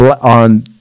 on